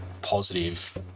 positive